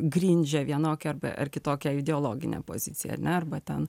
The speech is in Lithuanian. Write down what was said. grindžia vienokią ar kitokią ideologinę poziciją ane arba ten